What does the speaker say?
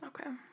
Okay